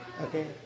Okay